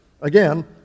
Again